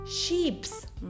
sheep's